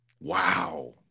Wow